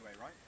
right